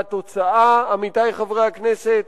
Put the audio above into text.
והתוצאה, עמיתי חברי הכנסת,